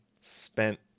spent